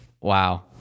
wow